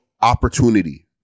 opportunity